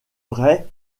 vraie